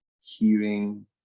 hearing